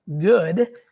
good